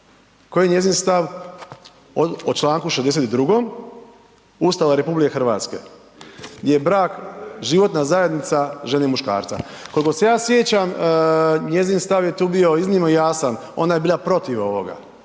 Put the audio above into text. koji je njezin stav o čl. 62. Ustava RH gdje je brak životna zajednica žene i muškarca? Koliko se ja sjećam, njezin stav je tu bio iznimno jasan, ona je bila protiv ovoga,